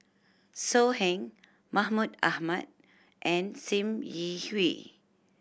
So Heng Mahmud Ahmad and Sim Yi Hui